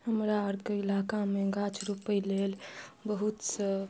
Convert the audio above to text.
हमरा आरके इलाकामे गाछ रोपय लेल बहुत सऽ